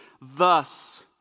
Thus